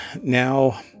now